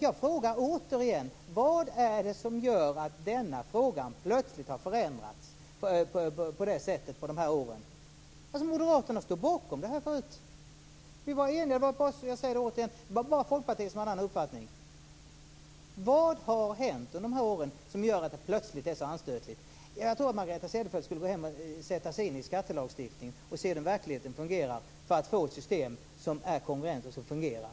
Jag frågar återigen: Vad är det som gör att denna fråga har förändrats på det här sättet under de här åren? Moderaterna stod bakom det här förut. Vi var eniga. Jag säger det återigen; det var bara Folkpartiet som hade en annan uppfattning. Vad har hänt under de här åren som gör att det plötsligt är så anstötligt. Margareta Cederfelt borde gå hem och sätta sig in i skattelagstiftningen och se hur den fungerar i verkligheten för att få ett system som är kongruent och som fungerar.